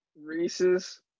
Reese's